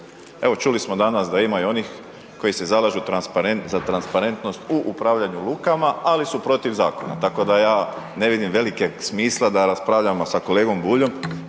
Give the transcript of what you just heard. Evo, čuli smo danas da ima i onih koji se zalažu za transparentnost u upravljanju lukama, ali su protiv zakona, tako da ja ne vidim velikog smisla da raspravljamo sa kolegom Buljom